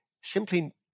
Simply